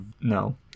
No